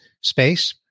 space